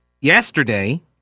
yesterday